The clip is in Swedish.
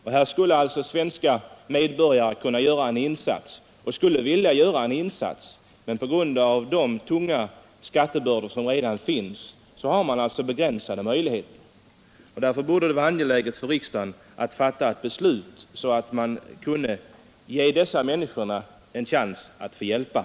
Här skulle alltså svenska medborgare vilja och kunna göra en insats, men på grund av de tunga skattebördor som redan finns har de begränsade möjligheter. Därför borde det vara angeläget för riksdagen att fatta ett beslut för att ge dessa människor en chans att hjälpa.